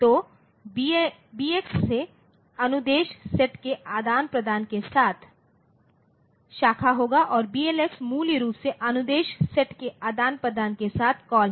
तो बीएक्ससे अनुदेश सेट के आदान प्रदान के साथ शाखा होगा और बीएलएक्स मूल रूप से अनुदेश सेट के आदान प्रदान के साथ कॉल है